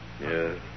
Yes